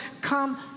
Come